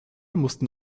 mussten